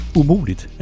umuligt